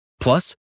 Plus